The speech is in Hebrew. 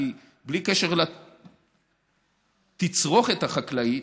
כי בלי קשר לתצרוכת החקלאית,